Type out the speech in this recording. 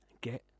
get